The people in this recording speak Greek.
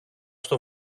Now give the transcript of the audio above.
στο